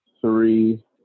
three